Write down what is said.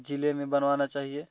जिले में बनवाना चाहिए